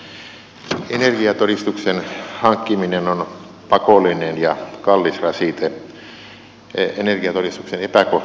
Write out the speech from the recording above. energiatodistuksen hankkiminen on pakollinen ja kallis rasite